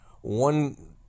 one